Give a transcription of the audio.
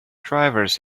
drivers